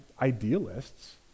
idealists